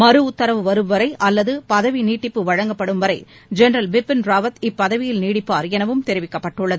மறு உத்தரவு வரும் வரை அல்லது பதவி நீட்டிப்பு வழங்கப்படும் வரை ஜெனரல் பிபின் ராவத் இப்பதவியில் நீடிப்பார் எனவும் தெரிவிக்கப்பட்டுள்ளது